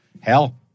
Hell